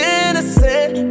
innocent